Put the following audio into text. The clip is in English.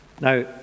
Now